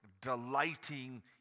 delighting